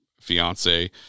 fiance